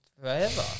forever